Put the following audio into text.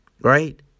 right